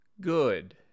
good